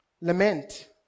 lament